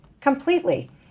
Completely